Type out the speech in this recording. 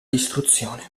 distruzione